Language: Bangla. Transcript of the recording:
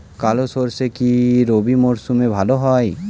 কালো সরষে কি রবি মরশুমে ভালো হয়?